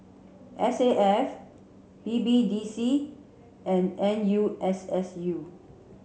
S A F B B D C and N U S S U